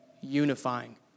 unifying